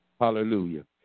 Hallelujah